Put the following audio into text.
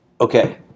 okay